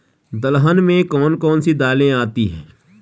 दलहन में कौन कौन सी दालें आती हैं?